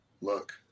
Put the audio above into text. Look